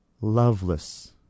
loveless